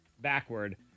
backward